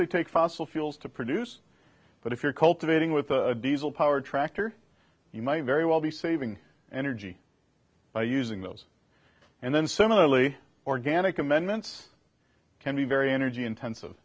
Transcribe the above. they take fossil fuels to produce but if you're cultivating with a diesel powered tractor you might very well be saving energy by using those and then similarly organic amendments can be very energy intensive